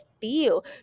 feel